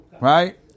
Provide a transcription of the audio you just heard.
Right